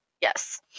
yes